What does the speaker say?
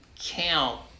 count